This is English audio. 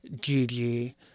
Gigi